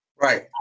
Right